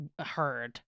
heard